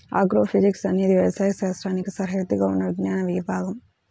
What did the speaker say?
agrophysics అనేది వ్యవసాయ శాస్త్రానికి సరిహద్దుగా ఉన్న విజ్ఞాన విభాగం